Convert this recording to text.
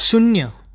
શૂન્ય